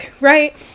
right